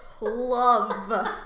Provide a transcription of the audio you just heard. love